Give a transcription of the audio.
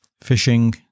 fishing